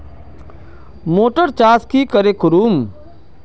Motor चास की करे करूम?